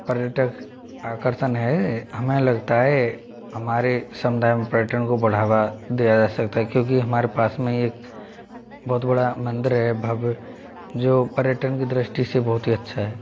पर्यटक आकर्षण हैं हमें लगता है हमारे समुदाय पर्यटन को बढ़ावा दिया जा सकता है क्योंकि हमारे पास में एक बहुत बड़ा मंदिर है भव्य जो पर्यटन की दृष्टि से बहुत ही अच्छा है